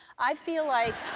i feel like.